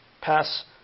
pass